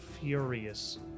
furious